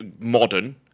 modern